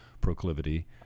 proclivity